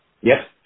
Yes